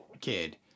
kid